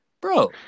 bro